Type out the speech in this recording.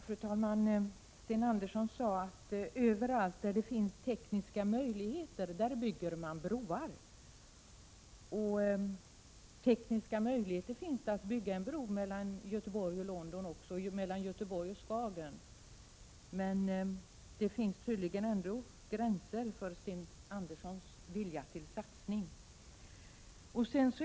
Fru talman! Sten Andersson i Malmö sade att överallt där det finns tekniska möjligheter bygger man broar. Tekniska möjligheter finns det att bygga en bro mellan Göteborg och London och även mellan Göteborg och Skagen, men det finns tydligen ändå gränser för Sten Anderssons vilja till — Prot. 1987/88:31 satsningar.